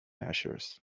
measures